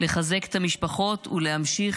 ואתמול התבשרנו על השבת גופתו של סמ"ר אורון שאול,